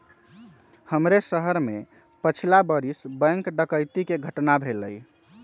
हमरे शहर में पछिला बरिस बैंक डकैती कें घटना भेलइ